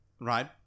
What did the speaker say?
right